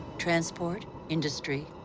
transport, industry,